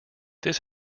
this